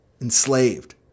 enslaved